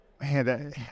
Man